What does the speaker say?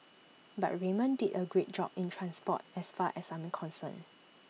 but Raymond did A great job in transport as far as I'm concerned